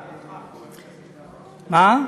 מה?